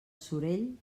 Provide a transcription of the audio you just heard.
sorell